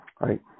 right